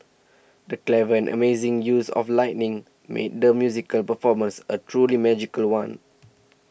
the clever and amazing use of lighting made the musical performance a truly magical one